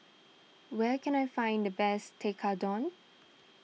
where can I find the best Tekkadon